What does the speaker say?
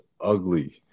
ugly